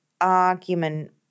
argument